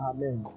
Amen